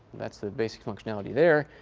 that's the basic functionality there.